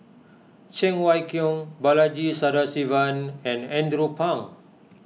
Cheng Wai Keung Balaji Sadasivan and Andrew Phang